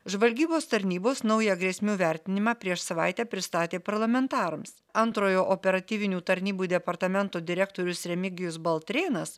žvalgybos tarnybos naują grėsmių vertinimą prieš savaitę pristatė parlamentarams antrojo operatyvinių tarnybų departamento direktorius remigijus baltrėnas